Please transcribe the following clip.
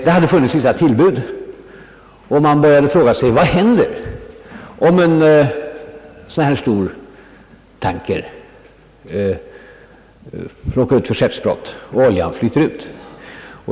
Det hade förekommit vissa tillbud, och man började fråga sig: Vad händer om en sådan stor tanker råkar ut för skeppsbrott och oljan flyter ut?